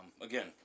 again